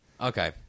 Okay